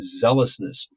zealousness